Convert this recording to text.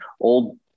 old